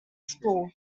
school